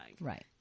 Right